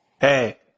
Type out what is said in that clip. Hey